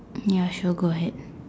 ya sure go ahead